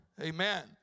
Amen